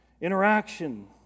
interaction